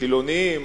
חילונים,